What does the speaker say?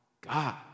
God